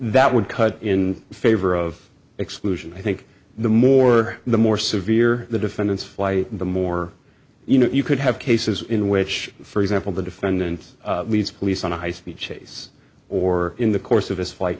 that would cut in favor of exclusion i think the more the more severe the defendant's fly the more you know you could have cases in which for example the defendant leads police on a high speed chase or in the course of his flight